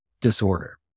disorder